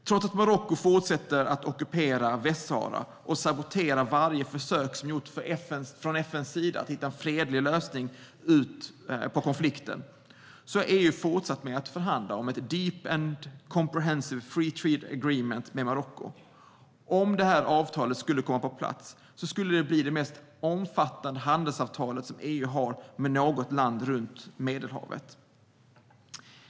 Trots att Marocko fortsätter att ockupera Västsahara och sabotera varje försök som har gjorts från FN:s sida att hitta en fredlig lösning på konflikten har EU fortsatt att förhandla om ett deep and comprehensive free trade agreement med Marocko. Om avtalet skulle komma på plats skulle det bli det mest omfattande handelsavtalet som EU har med något land runt Medelhavet.